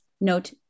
note